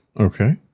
Okay